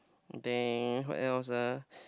then what else ah